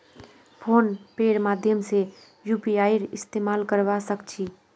phone पेर माध्यम से यूपीआईर इस्तेमाल करवा सक छी